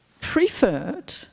preferred